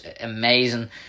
amazing